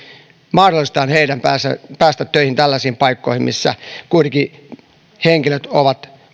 mahdollistaen heidän päästä päästä töihin tällaisiin paikkoihin missä kuitenkin henkilöt ovat